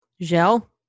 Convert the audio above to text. gel